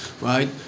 Right